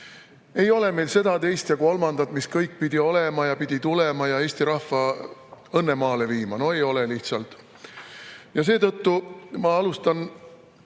seda, teist ja kolmandat, mis kõik pidi olema ja pidi tulema ja Eesti rahva õnnemaale viima. No ei ole lihtsalt! Ja seetõttu ma alustan